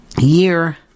year